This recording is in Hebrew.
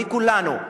מכולנו,